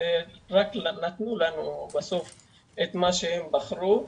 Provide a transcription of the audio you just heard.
ורק נתנו לנו בסוף את מה שהם בחרו,